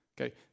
Okay